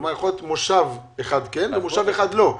כלומר יכול להיות שמושב אחד היה ברשות ומושב אחד לא.